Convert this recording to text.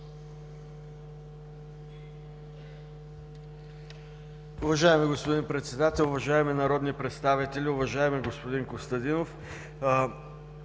Уважаеми господин Председател, уважаеми народни представители, уважаеми господин Костадинов!